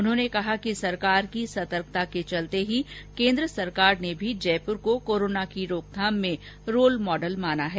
उन्होंने कहा कि सरकार की सतर्कता के चलते ही केन्द्र सरकार ने भी जयपुर को कोरोना की रोकथाम में रोल मॉडल माना है